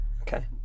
Okay